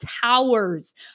towers